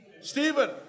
Stephen